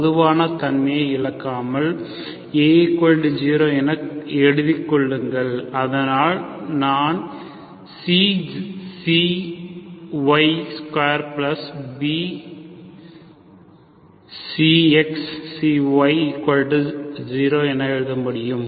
பொதுவான தன்மையை இழக்காமல் A0 என எழுதிக் கொள்ளுங்கள் அதனால் நான் Cξy2 Bξx ξy0 என எழுத முடியும்